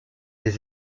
des